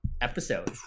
episode